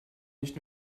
nicht